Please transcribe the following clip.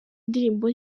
ndirimbo